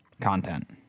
content